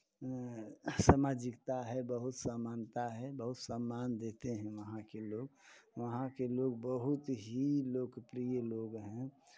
सामाजिकता है बहुत समानता है बहुत सम्मान देते हैं वहाँ के लोग वहाँ के लोग बहुत ही लोकप्रिय लोग हैं